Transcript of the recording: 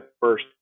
first